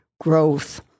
growth